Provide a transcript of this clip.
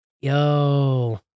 Yo